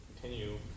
Continue